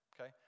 okay